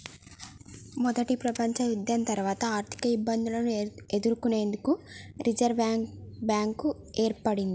మొదటి ప్రపంచయుద్ధం తర్వాత ఆర్థికఇబ్బందులను ఎదుర్కొనేందుకు రిజర్వ్ బ్యాంక్ ఏర్పడ్డది